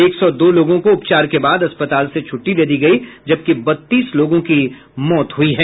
एक सौ दो लोगों को उपचार के बाद अस्पताल से छुट्टी दे दी गई है जबकि बत्तीस की मौत हुई है